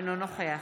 אינו נוכח